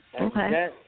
Okay